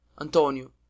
Antonio